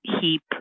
heap